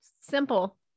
Simple